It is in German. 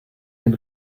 den